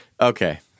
Okay